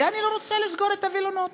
ואני רוצה לסגור את הווילונות,